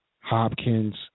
Hopkins